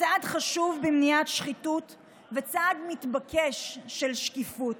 צעד חשוב במניעת שחיתות וצעד מתבקש של שקיפות.